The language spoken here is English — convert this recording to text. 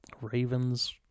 Ravens